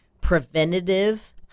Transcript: preventative